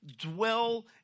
dwell